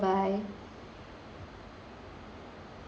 okay